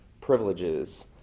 privileges